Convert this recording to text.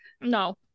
No